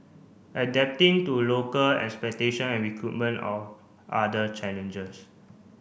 adapting to local expectation and recruitment or other challenges